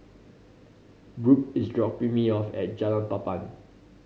Brooke is dropping me off at Jalan Papan